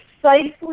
precisely